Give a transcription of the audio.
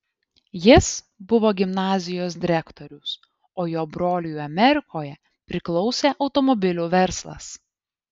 jis buvo gimnazijos direktorius o jo broliui amerikoje priklausė automobilių verslas